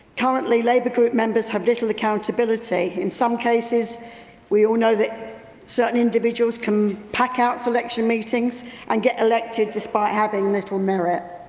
currently labour group members have little accountability. in some cases we all know that certainly individuals can pack out selection meetings and get elected despite having little merit.